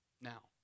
Now